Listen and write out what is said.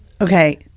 Okay